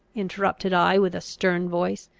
interrupted i, with a stern voice,